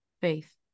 faith